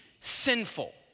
sinful